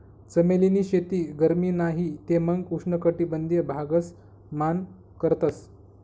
चमेली नी शेती गरमी नाही ते मंग उष्ण कटबंधिय भागस मान करतस